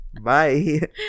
Bye